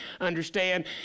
understand